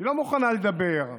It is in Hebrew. לא מוכנה לדבר,